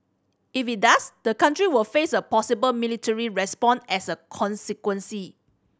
if it does the country will face a possible military response as a consequence